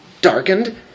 darkened